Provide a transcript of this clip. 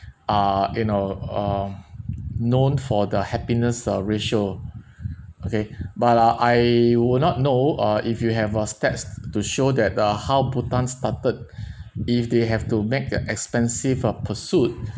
are you know uh known for the happiness uh ratio okay but uh I would not know uh if you have uh steps to show that uh how bhutan started if they have to make their expensive uh pursuit